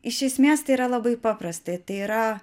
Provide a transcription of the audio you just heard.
iš esmės tai yra labai paprasta tai yra